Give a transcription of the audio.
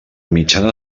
mitjana